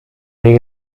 dei